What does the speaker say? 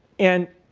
and